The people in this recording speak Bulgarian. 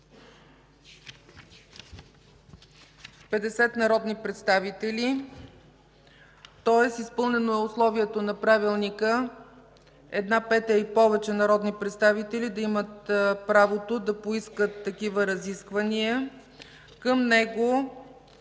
от 50 народни представители, тоест изпълнено е условието на Правилника една пета и повече народни представители да имат правото да поискат такива разисквания. Към него